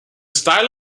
style